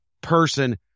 person